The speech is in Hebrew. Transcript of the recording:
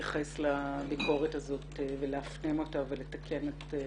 להתייחס לביקורת הזאת ולהפנים אותה ולתקן את דרכיה.